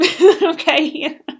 Okay